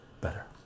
better